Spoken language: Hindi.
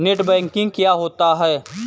नेट बैंकिंग क्या होता है?